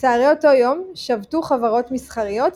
בצהרי אותו יום שבתו חברות מסחריות,